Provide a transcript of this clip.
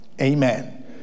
Amen